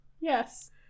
Yes